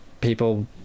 people